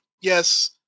Yes